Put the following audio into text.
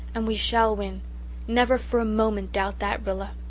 and we shall win never for a moment doubt that, rilla.